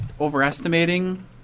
overestimating